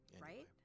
Right